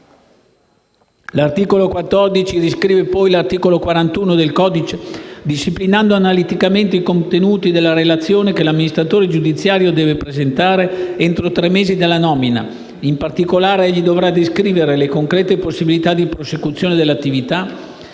L'articolo 14 riscrive, poi, l'articolo 41 del codice antimafia, disciplinando analiticamente i contenuti della relazione che l'amministratore giudiziario deve presentare entro tre mesi dalla nomina; in particolare egli dovrà descrivere le concrete possibilità di prosecuzione dell'attività,